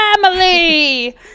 family